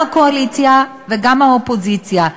גם הקואליציה וגם האופוזיציה,